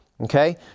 Okay